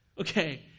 Okay